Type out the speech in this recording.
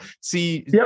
See